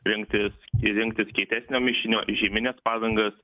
rinktis ir rinktis kietesnio mišinio žiemines padangas